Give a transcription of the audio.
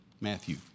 Matthew